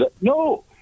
No